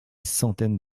centaines